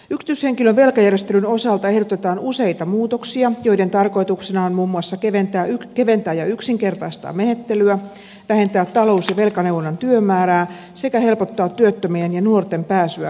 yksityishenkilön velkajärjestelyn osalta ehdotetaan useita muutoksia joiden tarkoituksena on muun muassa keventää ja yksinkertaistaa menettelyä vähentää talous ja velkaneuvonnan työmäärää sekä helpottaa työttö mien ja nuorten pääsyä velkajärjestelyyn